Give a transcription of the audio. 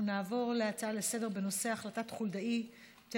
נעבור להצעה לסדר-היום בנושא: החלטת חולדאי,